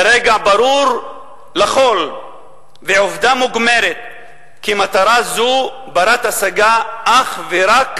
כרגע ברור לכול ועובדה מוגמרת היא שמטרה זו בת-השגה אך ורק